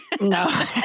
No